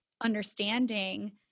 understanding